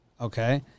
Okay